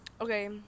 Okay